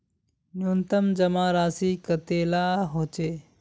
न्यूनतम जमा राशि कतेला होचे?